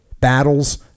battles